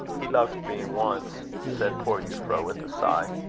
he loved me once, said poor euphra, with a sigh.